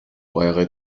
eure